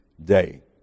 day